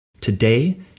Today